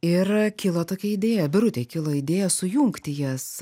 ir kilo tokia idėja birutei kilo idėja sujungti jas